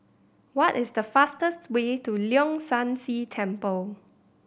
what is the fastest way to Leong San See Temple